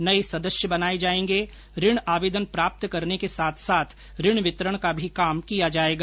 नये सदस्य बनाए जाएंगे ऋण आवेदन प्राप्त करने के साथ साथ ऋण वितरण का भी कार्य किया जाएगा